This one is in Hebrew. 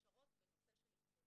הכשרות בנושא של התמודדות,